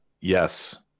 yes